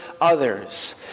others